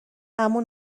اما